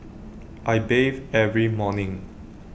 I bathe every morning